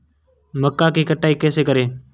मक्का की कटाई कैसे करें?